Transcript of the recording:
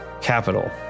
capital